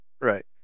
Right